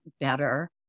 better